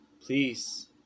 please